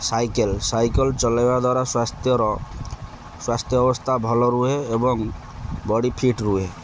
cycle cycle ଚଲାଇବା ଦ୍ୱାରା ସ୍ୱାସ୍ଥ୍ୟର ସ୍ୱାସ୍ଥ୍ୟ ଅବସ୍ଥା ଭଲ ରୁହେ ଏବଂ ବଡ଼ି ଫିଟ୍ ରୁହେ